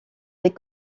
les